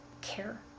care